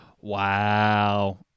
Wow